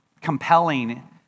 compelling